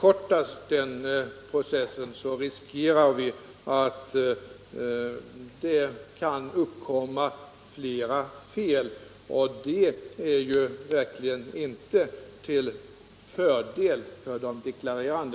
Om den processen förkortas riskerar vi att flera fel uppkommer, och detta är verkligen inte till fördel för de deklarerande.